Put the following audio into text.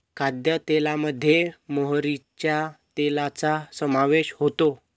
खाद्यतेलामध्ये मोहरीच्या तेलाचा समावेश होतो